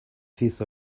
fifth